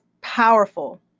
powerful